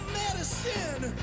medicine